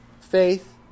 Faith